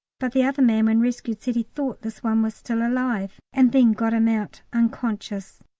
but the other man when rescued said he thought this one was still alive, and then got him out unconscious.